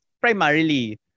primarily